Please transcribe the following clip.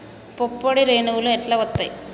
పుప్పొడి రేణువులు ఎట్లా వత్తయ్?